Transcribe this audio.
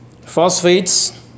Phosphates